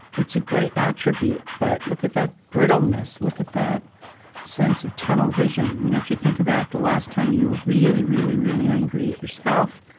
it's a great attribute, but look at that brittleness, look at that sense of tunnel vision you know if you think about the last time you were really, really, really angry at yourself,